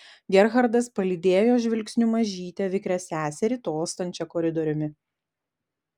gerhardas palydėjo žvilgsniu mažytę vikrią seserį tolstančią koridoriumi